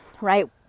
right